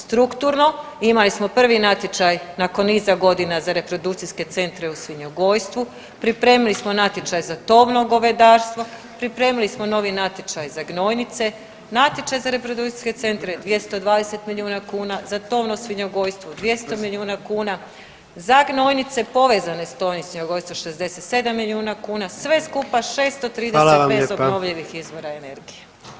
Strukturno, imali smo prvi natječaj nakon niza godina za reprodukcijske centre u svinjogojstvu, pripremili smo natječaj za tovno govedarstvo, pripremili smo novi natječaj za gnojnice, natječaj za reprodukcijske centre 220 milijuna kuna, za tovno svinjogojstvo 200 milijuna kuna, za gnojnice povezane s tovnim svinjogojstvom 67 milijuna kuna, sve skupa 630 [[Upadica: Hvala vam lijepa.]] bez obnovljivih izvora energije.